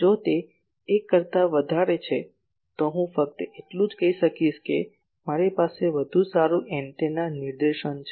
જો તે 1 કરતા વધારે છે તો હું ફક્ત એટલું જ કહી શકશે કે મારી પાસે વધુ સારું એન્ટેના નિર્દેશન છે